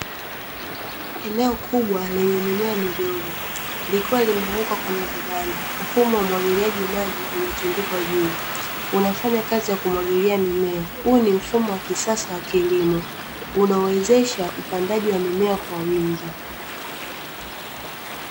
Eneo kubwa lenye mimea midogo likiwa limewekwa kwenye vibanda, mfumo wa umwagiliaji maji umetundikwa juu, unafanya kazi ya kumwagilia mimea. Huu ni mfumo wa kisasa wa kilimo, unaowezesha upandaji wa mimea kwa wingi.